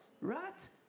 right